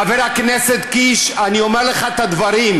חבר הכנסת קיש, אני אומר לך את הדברים: